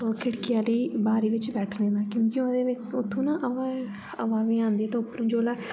ओह् खिड़की आह्ली बारी बिच्च बैठने दा क्योंकि ओह्दे च उत्थुं ना हवा हवा बी आंदी धुप्प जेल्लै